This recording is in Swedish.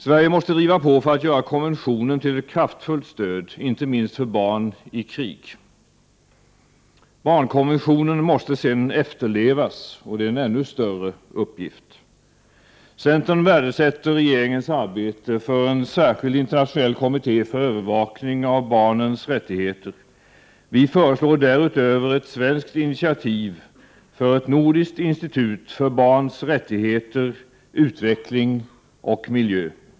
Sverige måste driva på för att göra konventionen till ett kraftfullt stöd, inte minst för barn i krig. Barnkonventionen måste sedan efterlevas, och det är en ännu större uppgift. Vi i centern värdesätter regeringens arbete för en särskild internationell kommitté för övervakning av barnens rättigheter. Vi föreslår därutöver ett svenskt initiativ för ett nordiskt institut för barns rättigheter, utveckling och miljö.